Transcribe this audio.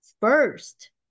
first